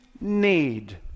need